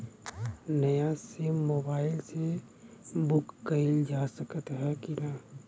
नया sim mobile से book कइलजा सकत ह कि ना?